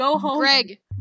Greg